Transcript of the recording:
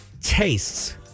tastes